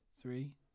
Three